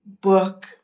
book